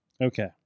okay